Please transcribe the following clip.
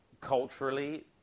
culturally